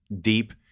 deep